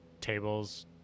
tables